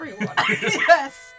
Yes